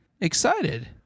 excited